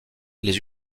les